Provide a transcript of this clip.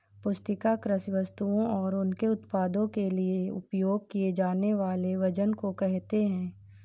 पुस्तिका कृषि वस्तुओं और उनके उत्पादों के लिए उपयोग किए जानेवाले वजन को कहेते है